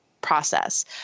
process